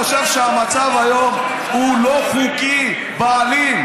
לכן אני חושב שהמצב היום הוא לא חוקי בעליל,